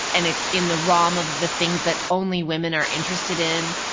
and it's in the realm of the things that only women are interested in.